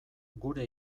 gure